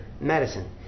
medicine